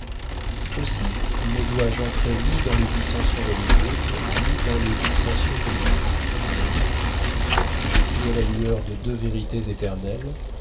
aussi ne dois-je entrer ni dans les dissensions religieuses ni dans les dissensions politiques du moment j'écris à la lueur de deux vérités éternelles